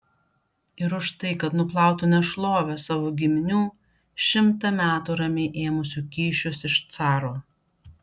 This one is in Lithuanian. ir už tai kad nuplautų nešlovę savo giminių šimtą metų ramiai ėmusių kyšius iš caro